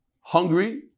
hungry